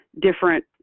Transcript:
Different